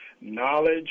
knowledge